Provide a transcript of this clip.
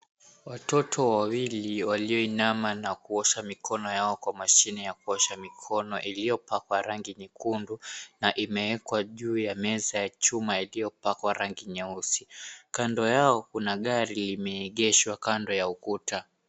Watoto wawili, walioinama na kuosha mikono yao kwa mashine ya kuosha mikono iliyopakwa rangi nyekundu na imeekwa juu ya meza ya chuma iliyopakwa rangi nyeusi. Kando yao, kuna gari limeegeshwa kando ya ukuta.